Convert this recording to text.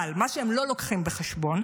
אבל מה שהם לא לוקחים בחשבון,